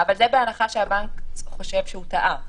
נכון, אבל זה בהנחה שהבנק חושב שהוא טעה.